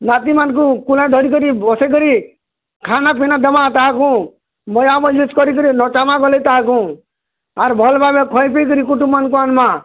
ନାତୀମାନଙ୍କୁ କୋଳରେ ଧରିକରି ବସେଇକରି ଖାନାପିନା ଦେମାଁ ତାହାକୁ ମଜା ମଜଲିସ୍ କରିକରି ନଚାମାଁ ବୋଲେ ତାହାକୁ ଆର୍ ଭଲ୍ ଭାବେ ଖୋଇପିଇକରି କୁଟୁମ୍ମାନଙ୍କୁ ଆନ୍ମାଁ